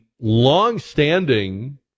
longstanding